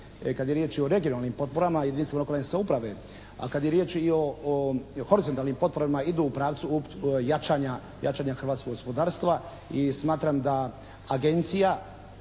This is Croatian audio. kad je riječ i o regionalnim potporama jedinicama lokalne samouprave, a kad je riječ i o horizontalnim potporama idu u pravcu jačanja hrvatskog gospodarstva i smatram da agencije